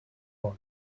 fort